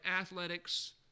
athletics